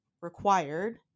required